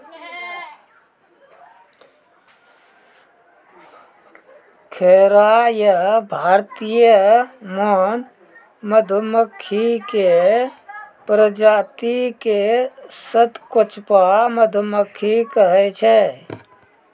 खैरा या भारतीय मौन मधुमक्खी के प्रजाति क सतकोचवा मधुमक्खी कहै छै